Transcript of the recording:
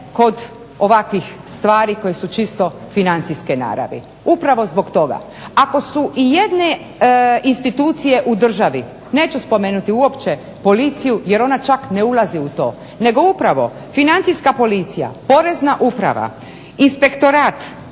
kod ovakvih stvari koji su čisto financijske naravi. Upravo zbog toga. Ako su ijedne institucije u državi neću spomenuti uopće policiju jer ona čak ne ulazi u to, nego upravo Financijska policija, Porezna uprava, inspektorat